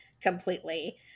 completely